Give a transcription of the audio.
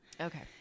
Okay